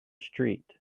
street